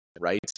Right